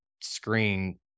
screen